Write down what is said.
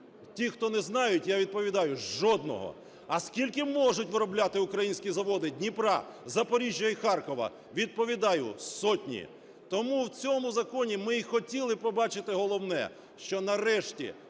Ті, хто не знають, я відповідаю: жодного. А скільки можуть виробляти українські заводи Дніпра, Запоріжжя і Харкова? Відповідаю: сотні. Тому в цьому законі ми й хотіли побачити головне, що, нарешті,